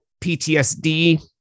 PTSD